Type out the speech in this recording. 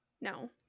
No